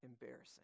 Embarrassing